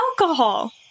alcohol